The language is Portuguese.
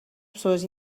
pessoas